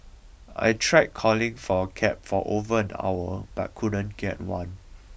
I tried calling for a cab for over an hour but couldn't get one